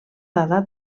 dada